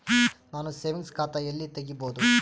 ನಾನು ಸೇವಿಂಗ್ಸ್ ಖಾತಾ ಎಲ್ಲಿ ತಗಿಬೋದು?